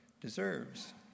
deserves